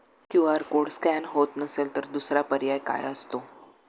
QR code scan होत नसेल तर दुसरा पर्याय काय असतो?